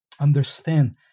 understand